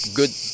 good